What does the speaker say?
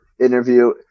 interview